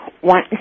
one